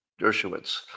Dershowitz